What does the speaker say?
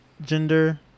gender